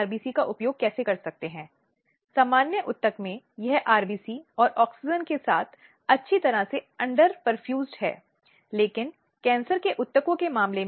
तस्करी या जिसे हम मानव तस्करी के रूप में संदर्भित करते हैं एक बहुत बड़ी अंतर्राष्ट्रीय समस्या है